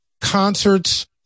concerts